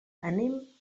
anem